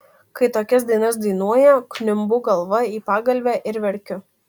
kai tokias dainas dainuoja kniumbu galva į pagalvę ir verkiu